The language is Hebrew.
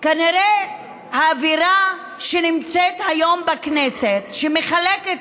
כנראה האווירה שנמצאת היום בכנסת, שמחלקת